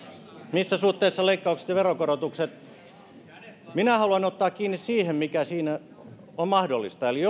missä suhteessa leikkaukset ja veronkorotukset minä haluan ottaa kiinni siihen mikä on mahdollista eli